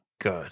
good